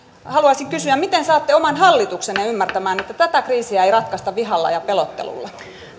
haluaisin kysyä miten saatte oman hallituksenne ymmärtämään että tätä kriisiä ei ratkaista vihalla ja pelottelulla